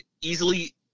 easily